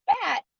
fat